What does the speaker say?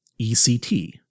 ECT